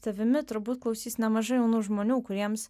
tavimi turbūt klausys nemažai jaunų žmonių kuriems